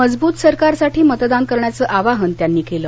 मजबूत सरकारसाठी मतदान करण्याचं आवाहन त्यांनी केलं